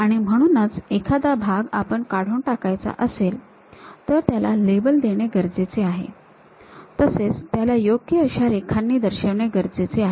आणि म्हणूनच एखादा भाग आपणास काढून टाकायचा असेल तर त्याला लेबल देणे गरजेचे आहे तसेच त्याला योग्य अशा रेखांनी दर्शविणे गरजेचे आहे